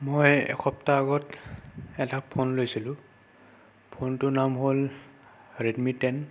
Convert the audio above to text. মই এসপ্তাহ আগত এটা ফোন লৈছিলোঁ ফোনটোৰ নাম হ'ল ৰেডমি টেন